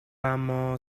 اما